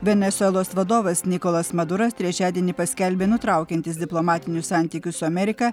venesuelos vadovas nikolas maduras trečiadienį paskelbė nutraukiantis diplomatinius santykius su amerika